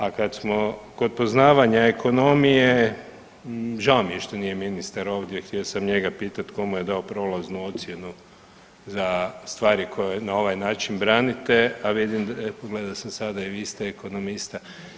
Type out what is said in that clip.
A kad smo kod poznavanja ekonomije, žao mi je što nije ministar ovdje, htio sam njega pitati tko mu je dao prolaznu ocjenu za stvari koje na ovaj način branite, a vidim i vi ste ekonomista.